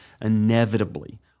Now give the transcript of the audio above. inevitably